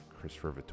Christopher